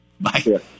Bye